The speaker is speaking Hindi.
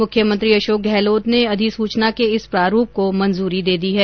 मुख्यमंत्री अशोक गहलोत ने अधिसूचना के इस प्रारूप को मंजूरी दे दी है